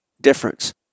difference